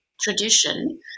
tradition